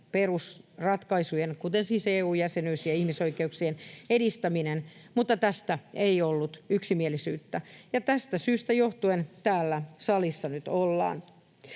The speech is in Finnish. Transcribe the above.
perusratkaisuihin, kuten EU-jäsenyyteen ja ihmisoikeuksien edistämiseen, mutta tästä ei ollut yksimielisyyttä. Tästä syystä johtuen täällä salissa nyt ollaan.